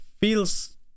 feels